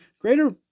greater